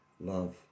love